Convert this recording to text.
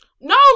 No